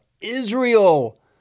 Israel